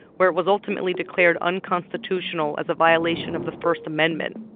where it was ultimately declared unconstitutional as a violation of the first amendment.